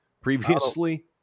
previously